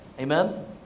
Amen